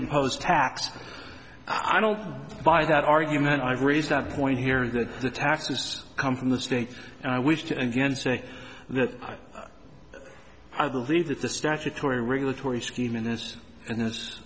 imposed tax i don't buy that argument i've raised that point here that the taxes come from the states and i wish to again say that i believe that the statutory regulatory scheme in this this